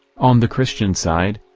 on the christian side,